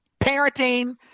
parenting